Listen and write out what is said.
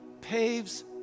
paves